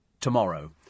tomorrow